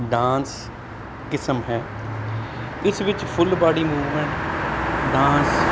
dance ਕਿਸਮ ਹੈ ਇਸ ਵਿੱਚ ਫੁੱਲ ਬਾਡੀ ਮੂਵਮੈਂਟ ਡਾਂਸ